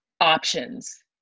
options